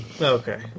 Okay